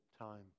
time